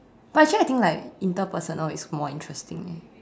but actually I think like interpersonal is more interesting eh